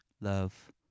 love